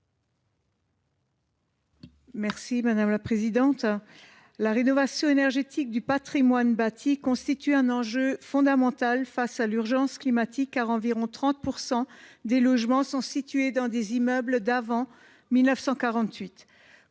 est à Mme Sabine Drexler. La rénovation énergétique du patrimoine bâti constitue un enjeu fondamental face à l’urgence climatique, puisqu’environ 30 % des logements sont situés dans des immeubles construits avant 1948.